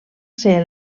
ser